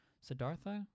Siddhartha